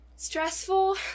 stressful